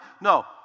No